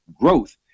growth